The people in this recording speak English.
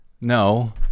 No